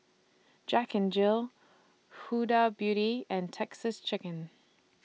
Jack N Jill Huda Beauty and Texas Chicken